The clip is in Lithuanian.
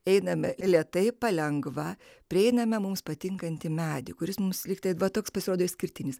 einame lėtai palengva prieiname mums patinkantį medį kuris mums lygtai va toks pasirodė išskirtinis